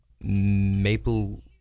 Maple